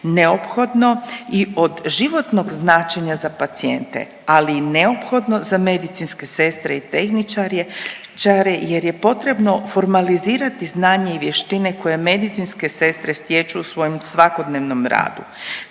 neophodno i od životnog značenja za pacijente, ali i neophodno za medicinske sestre i tehničare, jer je potrebno formalizirati znanje i vještine koje medicinske sestre stječu u svojem svakodnevnom radu